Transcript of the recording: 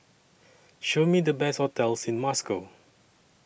Show Me The Best hotels in Moscow